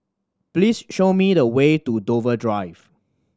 please show me the way to Dover Drive